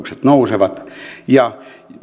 kuljetuskustannukset nousevat ja